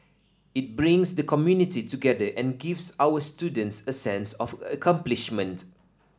it brings the community together and gives our students a sense of accomplishment